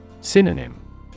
Synonym